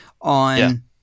on